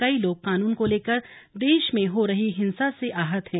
कई लोग कानून को लेकर देश में हो रही हिंसा से आहत हैं